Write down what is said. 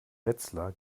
wetzlar